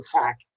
attack